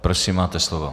Prosím, máte slovo.